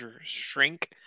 shrink